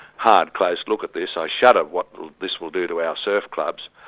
hard, close look at this. i shudder what this will do to our surf clubs.